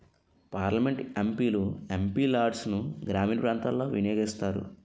parliament MP లు MP లాడ్సును గ్రామీణ ప్రాంతాలలో వినియోగిస్తారు